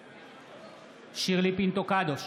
בעד שירלי פינטו קדוש,